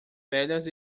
velhas